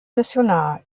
missionar